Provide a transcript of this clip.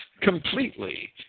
completely